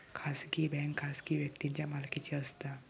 खाजगी बँक खाजगी व्यक्तींच्या मालकीची असता